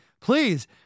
please